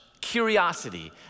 curiosity